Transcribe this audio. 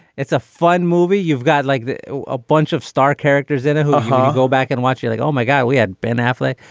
it's a fun movie. you've got like a bunch of star characters in it who ah go back and watch you like oh my god we had ben affleck.